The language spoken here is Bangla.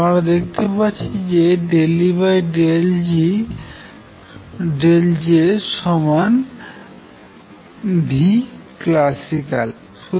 আমরা দেখতে পাচ্ছি যে ∂E∂Jclasical